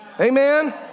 Amen